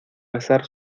besar